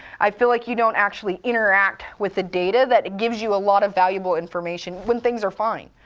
i feel like you don't actually interact with the data that gives you a lot of valuable information when things are fine.